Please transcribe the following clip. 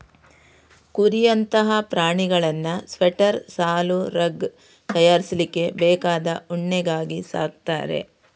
ಕುರಿಯಂತಹ ಪ್ರಾಣಿಗಳನ್ನ ಸ್ವೆಟರ್, ಶಾಲು, ರಗ್ ತಯಾರಿಸ್ಲಿಕ್ಕೆ ಬೇಕಾದ ಉಣ್ಣೆಗಾಗಿ ಸಾಕ್ತಾರೆ